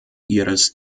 ihres